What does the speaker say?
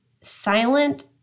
silent